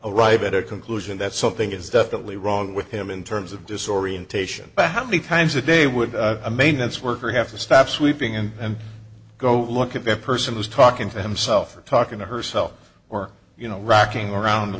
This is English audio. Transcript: arrive at a conclusion that something is definitely wrong with him in terms of disorientation back how many times a day would a maintenance worker have to stop sweeping and go look at the person who's talking to himself or talking to herself or you know rocking around a